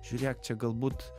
žiūrėk čia galbūt